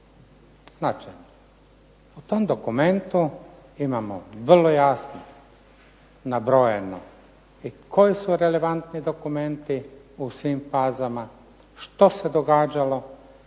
U tom dokumentu imamo vrlo jasno nabrojeno i koji su relevantni dokumenti u svim fazama, što se događalo,